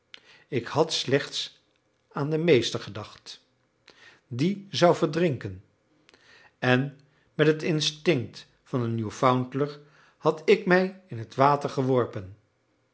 ik had slechts aan den meester gedacht die zou verdrinken en met het instinct van een nieuwfoundlander had ik mij in het water geworpen